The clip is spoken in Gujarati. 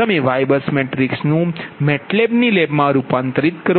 તમે YBUS મેટ્રિક્સ નુ મેટલેબ ની લેબમાં રૂપાંતરિત કરો છો